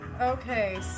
Okay